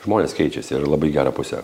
žmonės keičiasi ir labai į gerą pusę